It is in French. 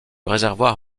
réservoir